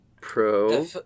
Pro